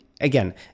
again